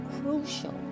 crucial